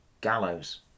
Gallows